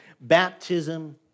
Baptism